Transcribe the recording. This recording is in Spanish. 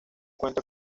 cuenta